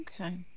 okay